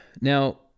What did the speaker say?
Now